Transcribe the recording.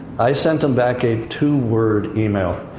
i sent him back a two-word email.